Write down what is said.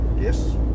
Yes